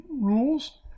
rules